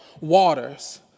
waters